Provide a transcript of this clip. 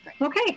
Okay